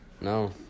No